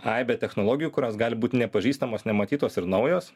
aibė technologijų kurios gali būti nepažįstamos nematytos ir naujos